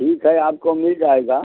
ठीक है आपको मिल जाएगा